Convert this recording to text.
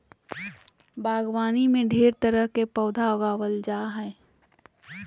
बागवानी में ढेर तरह के पौधा उगावल जा जा हइ